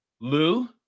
Lou